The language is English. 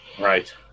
right